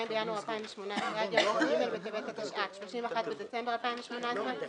בינואר 2018) עד יום כ"ג בטבת התשע"ט (31 בדצמבר 2018),